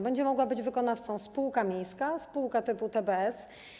Będzie mogła być wykonawcą spółka miejska, spółka typu TBS.